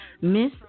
Miss